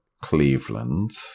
Cleveland